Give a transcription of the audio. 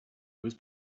was